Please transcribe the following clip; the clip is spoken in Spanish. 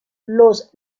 los